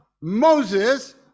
Moses